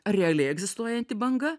ar realiai egzistuojanti banga